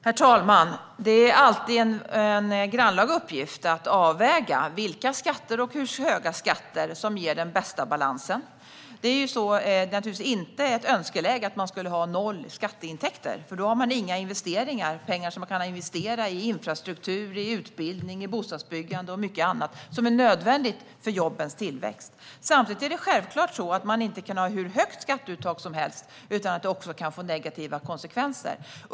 Herr talman! Det är alltid en grannlaga uppgift att avväga vilka skatter och hur höga skatter som ger den bästa balansen. Det är naturligtvis inte ett önskeläge att ha noll skatteintäkter, för då har man inga pengar som man kan investera i infrastruktur, utbildning, bostadsbyggande och mycket annat som är nödvändigt för jobbens tillväxt. Samtidigt kan man självklart inte ha hur högt skatteuttag som helst utan att det också kan få negativa konsekvenser.